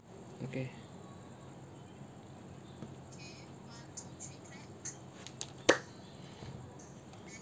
okay